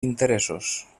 interessos